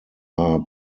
are